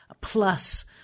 plus